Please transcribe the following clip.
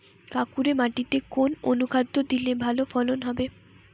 কাঁকুরে মাটিতে কোন অনুখাদ্য দিলে ভালো ফলন হবে?